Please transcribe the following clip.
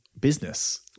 business